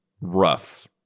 rough